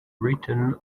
written